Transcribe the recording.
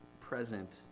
present